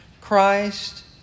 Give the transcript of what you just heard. Christ